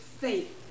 faith